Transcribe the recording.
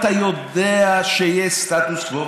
אתה יודע שיש סטטוס קוו,